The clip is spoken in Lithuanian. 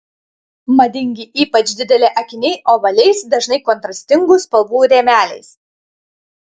madingi ypač dideli akiniai ovaliais dažnai kontrastingų spalvų rėmeliais